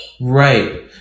right